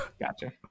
Gotcha